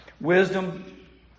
Wisdom